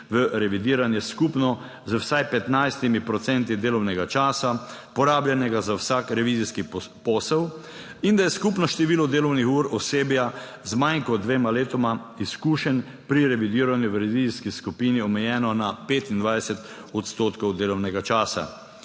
v revidiranje skupno z vsaj 15 % delovnega časa, porabljenega za vsak revizijski posel, in da je skupno število delovnih ur osebja z manj kot dvema letoma izkušenj pri revidiranju v revizijski skupini omejeno na 25 % delovnega časa.